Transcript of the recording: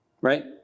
Right